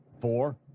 Four